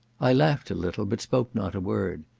i laughed a little, but spoke not a word.